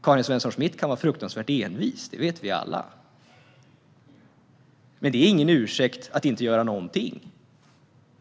Karin Svensson Smith kan vara fruktansvärt envis; det vet vi alla. Men det är ingen ursäkt att inte göra någonting.